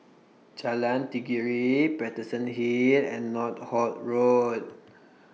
Jalan Tenggiri Paterson Hill and Northolt Road